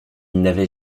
n’avait